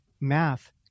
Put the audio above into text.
math